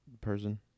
person